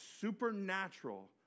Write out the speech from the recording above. supernatural